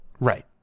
Right